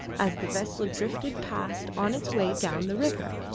as the vessel drifted past on its way down the river.